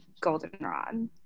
Goldenrod